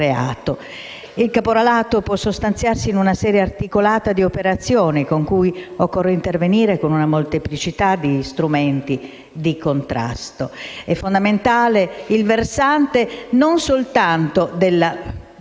Il caporalato può sostanziarsi in una serie articolata di operazioni, per cui occorre intervenire con una molteplicità di strumenti di contrasto. È fondamentale il versante non soltanto della